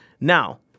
Now